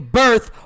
birth